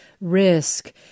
risk